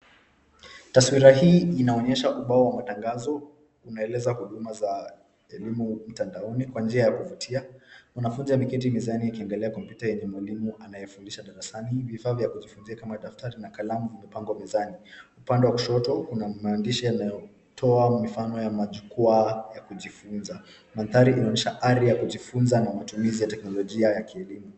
Taswira hii inaonyesha ubao wa matangazo unaeleza huduma za elimu mtandaoni Kwa njia ya kuvutia. Mwanafunzi ameketi akiangalia kompyuta yenye mwalimu anayefundisha darasani. Vifaa vya kujifunzia kama daftari na kalamu zimepangwa mezani. Upande wa kushoto una maandishi yanayotoa mifano ya majukwaa ya kujifunza. Mandhari inaonyesha ari ya kujifunza na matumizi ya teknolojia ya kielimu.